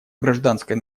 гражданское